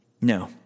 No